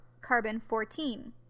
carbon-14